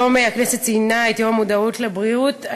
היום הכנסת ציינה את יום המודעות לבריאות.